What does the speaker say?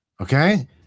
okay